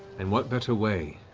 and what better way